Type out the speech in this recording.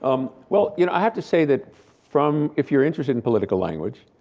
um well, you know i have to say that from, if you're interested in political language,